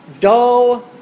dull